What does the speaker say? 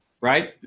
right